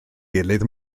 gilydd